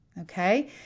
Okay